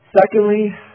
Secondly